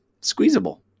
Squeezable